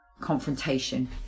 confrontation